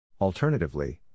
Alternatively